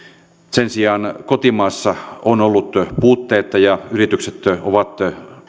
sen sijaan kotimaassa on ollut puutteita ja yritykset ovat